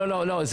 לא, לא.